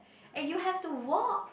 and you have to walk